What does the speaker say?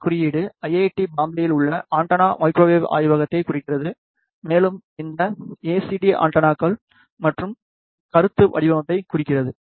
M குறியீடு IIT பம்பாயில் உள்ள ஆண்டெனா மைக்ரோவேவ் ஆய்வகத்தை குறிக்கிறது மேலும் இந்த ஏசிடி ஆண்டெனாக்கள் மற்றும் கருத்து வடிவமைப்பை குறிக்கிறது